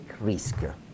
risk